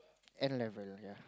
N level you hear